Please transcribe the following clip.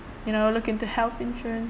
you know look into health insurances